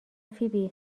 فیبی